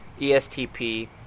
ESTP